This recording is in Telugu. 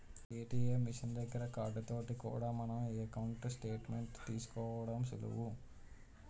ఏ.టి.ఎం మిషన్ దగ్గర కార్డు తోటి కూడా మన ఎకౌంటు స్టేట్ మెంట్ తీసుకోవడం సులువు